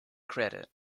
credit